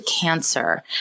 cancer